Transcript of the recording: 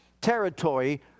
territory